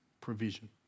provision